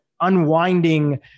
unwinding